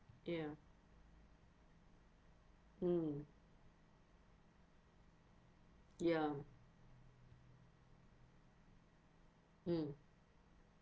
ya mm ya mm